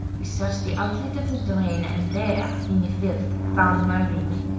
we searched the outlet of the drain, and there in the filth found my ring,